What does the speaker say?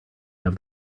have